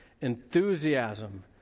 Enthusiasm